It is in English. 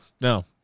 No